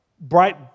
bright